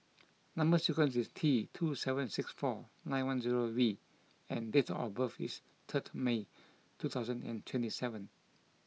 number sequence is T two seven six four nine one zero V and date of birth is third May two thousand and twenty seven